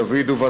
בן דוד ובתיה,